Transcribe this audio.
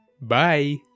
bye